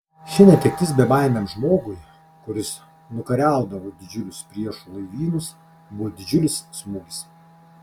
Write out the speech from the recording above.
ši netektis bebaimiam žmogui kuris nukariaudavo didžiulius priešų laivynus buvo didžiulis smūgis